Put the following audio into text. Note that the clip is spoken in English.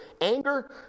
anger